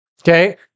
Okay